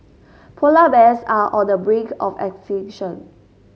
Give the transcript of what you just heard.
polar bears are on the brink of extinction